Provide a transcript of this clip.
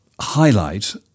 highlight